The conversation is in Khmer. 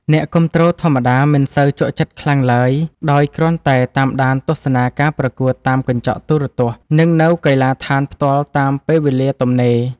អ្នកគាំទ្រធម្មតាមិនសូវជក់ចិត្តខ្លាំងឡើយដោយគ្រាន់តែតាមដានទស្សនាការប្រកួតតាមកញ្ចក់ទូរទស្សន៍ និង ទៅកីឡាដ្ឋានផ្ទាល់តាមពេលវេលាទំនេរ។